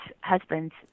husband's